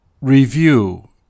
Review